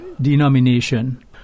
denomination